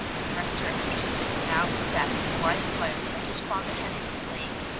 the rector understood now exactly why it was that his father had exclaimed,